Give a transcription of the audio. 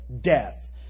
death